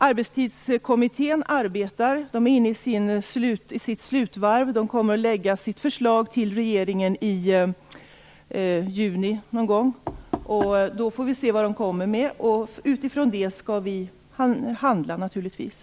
Arbetstidskommittén är inne på sitt slutvarv och kommer att lägga fram sitt förslag till regeringen någon gång i juni. Vi får då se vad den kommer med, och vi skall naturligtvis handla utifrån det.